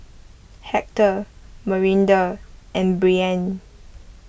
Hector Marinda and Brianne